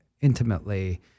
intimately